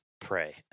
pray